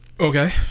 Okay